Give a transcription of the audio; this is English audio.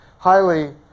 highly